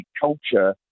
culture